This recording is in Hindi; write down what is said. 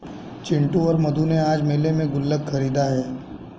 चिंटू और मधु ने आज मेले में गुल्लक खरीदा है